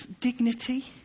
dignity